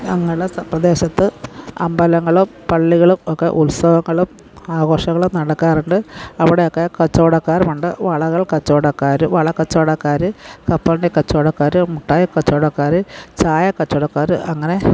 ഞങ്ങളുടെ പ്രദേശത്ത് അമ്പലങ്ങളും പള്ളികളും ഒക്കെ ഉത്സവങ്ങളും ആഘോഷങ്ങളും നടക്കാറുണ്ട് അവിടെയൊക്കെ കച്ചവടക്കാർ ഉണ്ട് വളകൾ കച്ചവടക്കാർ വളക്കച്ചവടക്കാർ കപ്പലണ്ടിക്കച്ചവടക്കാർ മിഠായിക്കച്ചവടക്കാർ ചായ കച്ചവടക്കാർ അങ്ങനെ